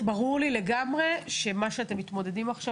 ברור לי לגמרי שעם מה שאתם מתמודדים עכשיו,